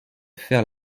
faire